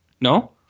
no